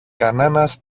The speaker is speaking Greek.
κανένας